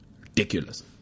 Ridiculous